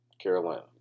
Carolina